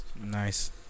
Nice